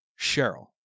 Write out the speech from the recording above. Cheryl